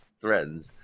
threatened